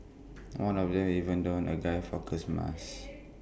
one of them even donned A guy Fawkes mask